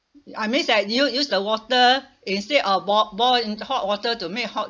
I mean like you use the water instead of bo~ boiling hot water to make hot